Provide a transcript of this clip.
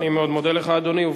אני מאוד מודה לך, אדוני.